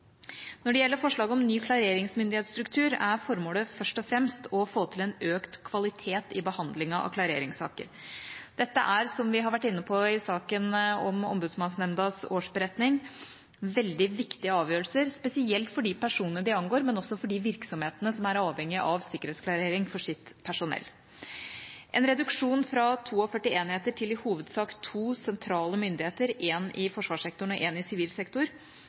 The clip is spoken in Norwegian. Når det gjelder forslaget om ny klareringsmyndighetsstruktur, er formålet først og fremst å få til en økt kvalitet i behandlingen av klareringssaker. Dette er, som vi har vært inne på i saken om Ombudsmannsnemndas årsberetning, veldig viktige avgjørelser, spesielt for de personene det angår, men også for de virksomhetene som er avhengig av sikkerhetsklarering for sitt personell. En reduksjon fra 42 enheter til i hovedsak to sentrale myndigheter, en i forsvarssektoren og en i sivil sektor,